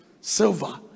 silver